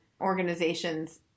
organizations